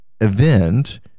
event